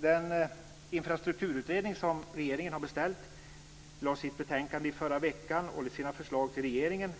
den infrastrukturutredning som regeringen har beställt i förra veckan lade fram sitt betänkande och sina förslag till regeringen.